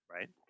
Right